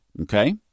Okay